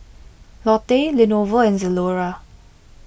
Lotte Lenovo and Zalora